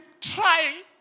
try